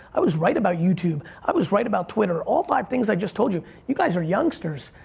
i was right about youtube, i was right about twitter. all five things i just told you, you guys are youngsters.